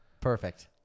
Perfect